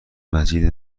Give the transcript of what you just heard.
مجید